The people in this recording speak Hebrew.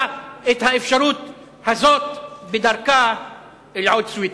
את האפשרות הזאת בדרכה אל עוד סוויטה.